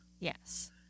Yes